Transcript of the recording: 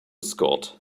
scott